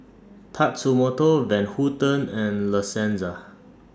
Tatsumoto Van Houten and La Senza